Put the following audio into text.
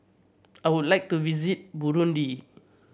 I would like to visit Burundi